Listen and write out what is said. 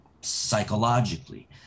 psychologically